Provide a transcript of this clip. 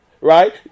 right